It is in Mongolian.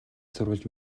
сурвалж